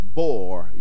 bore